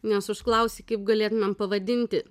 nes užklausei kaip galėtumėm pavadinti